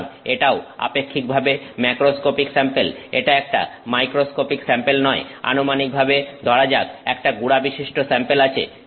সুতরাং এটাও আপেক্ষিকভাবে ম্যাক্রোস্কোপিক স্যাম্পেল এটা একটা মাইক্রোস্কোপিক স্যাম্পেল নয় আনুমানিক ভাবে ধরা যাক একটা গুড়াবিশিষ্ট স্যাম্পেল আছে